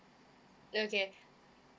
okay